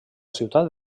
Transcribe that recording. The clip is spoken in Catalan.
ciutat